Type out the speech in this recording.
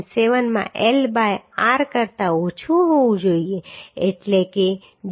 7 માં L by r કરતાં ઓછું હોવું જોઈએ એટલે કે 0